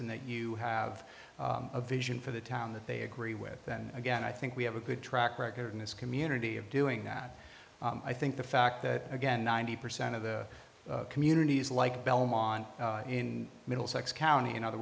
and that you have a vision for the town that they agree with then again i think we have a good track record in this community of doing that i think the fact that again ninety percent of the communities like belmont in middlesex county in other